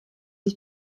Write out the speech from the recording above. ich